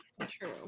true